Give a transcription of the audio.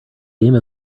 game